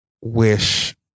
wish